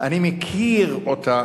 אני מכיר אותה